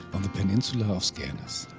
on the peninsula of skagenaes.